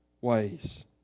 ways